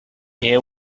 air